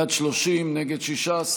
בעד 30, נגד, 16,